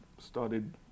started